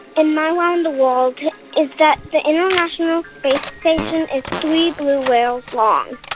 and my wow in the world is that the international space station is three blue whales long.